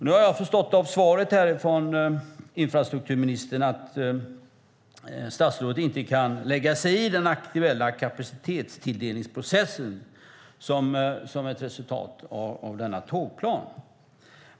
Nu har jag förstått av svaret från infrastrukturministern att statsrådet inte kan lägga sig i den aktuella kapacitetstilldelningsprocessen som ett resultat av denna tågplan.